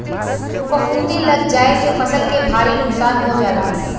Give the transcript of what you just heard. फफूंदी लग जाये से फसल के भारी नुकसान हो जाला